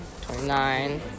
twenty-nine